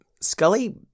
Scully